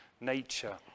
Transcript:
nature